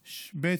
ב.